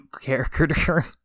character